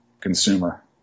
consumer